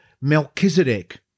Melchizedek